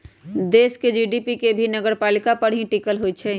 देश के जी.डी.पी भी नगरपालिका पर ही टिकल होई छई